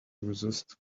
resist